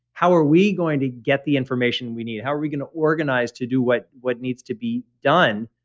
how are we going to get the information we need? how are we going to organize to do what what needs to be done?